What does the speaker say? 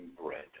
bread